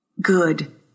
Good